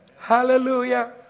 Hallelujah